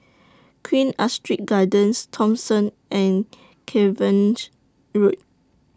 Queen Astrid Gardens Thomson and Road